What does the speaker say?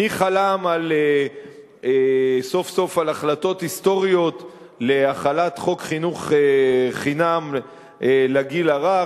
מי חלם סוף-סוף על החלטות היסטוריות להחלת חוק חינוך חינם לגיל הרך,